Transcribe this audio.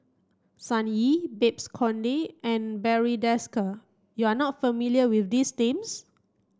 Sun Yee Babes Conde and Barry Desker you are not familiar with these names